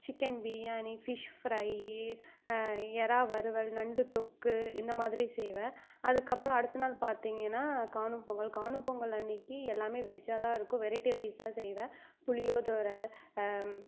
chicken biryani fish fry எறா வறுவல் நண்டு தொக்கு இந்த மாதிரி செய்வேன் அதுக்கப்புறம் அடுத்த நாள் பார்த்தீங்கன்னா காணும் பொங்கல் காணும் பொங்கல் அன்றைக்கி எல்லாமே வெஜ்ஜாக தான் இருக்கும் வெரைட்டி ரைஸாக செய்வேன் புளியோதர